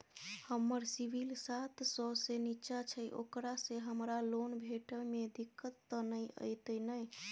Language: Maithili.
हमर सिबिल सात सौ से निचा छै ओकरा से हमरा लोन भेटय में दिक्कत त नय अयतै ने?